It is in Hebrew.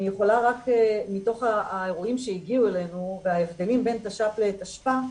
אני יכולה רק מתוך האירועים שהגיעו אלינו וההבדלים בין תש"פ לתשפ"א,